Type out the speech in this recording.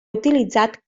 utilitzat